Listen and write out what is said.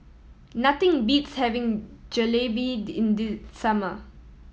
nothing beats having Jalebi in the summer